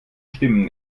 stimmen